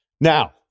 Now